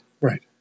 Right